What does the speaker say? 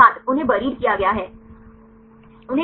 छात्र उन्हें बरीद किया गया है